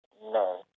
No